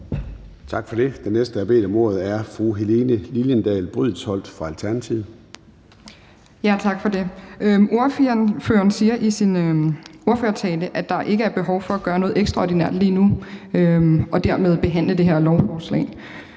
fra Alternativet. Kl. 13:52 Helene Liliendahl Brydensholt (ALT): Tak for det. Ordføreren siger i sin ordførertale, at der ikke er behov for at gøre noget ekstraordinært lige nu og dermed behandle det her lovforslag,